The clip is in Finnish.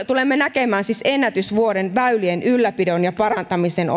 tulemme näkemään ennätysvuoden väylien ylläpidon ja parantamisen